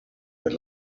per